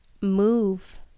Move